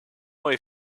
way